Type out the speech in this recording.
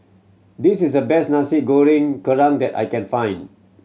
this is the best Nasi Goreng Kerang that I can find